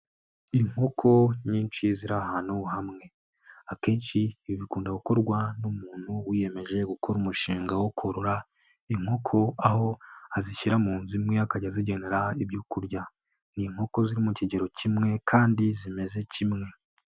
Inkoko nyinshi ziri ahantu hamwe. Akenshi ibi bikunda gukorwa n'umuntu wiyemeje gukora umushinga wo korora inkoko, aho azishyira mu nzu imwe akajya azigenera ibyo kurya. Ni inkoko ziri mu kigero kimwe kandi zimeze kimwe.